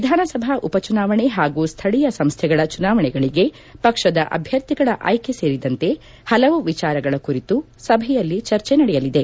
ವಿಧಾನಸಭಾ ಉಪಚುನಾವಣೆ ಹಾಗೂ ಸ್ವಳಿಯ ಸಂಸ್ವೆಗಳ ಚುನಾವಣೆಗಳಿಗೆ ಪಕ್ಷದ ಅಭ್ಯರ್ಥಿಗಳ ಆಯ್ಕೆ ಸೇರಿದಂತೆ ಹಲವು ವಿಚಾರಗಳ ಕುರಿತು ಸಭೆಯಲ್ಲಿ ಚರ್ಚೆ ನಡೆಯಲಿದೆ